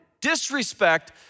disrespect